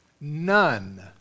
None